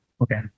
Okay